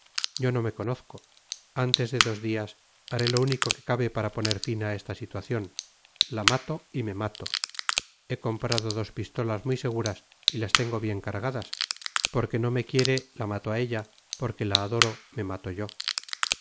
yo no me conozco antes de dos días haré lo único que cabe para poner fin a esta situación la mato y me mato he comprado dos pistolas muy seguras y las tengo bien cargadas porque no me quiere la mato a ella porque la adoro me mato yo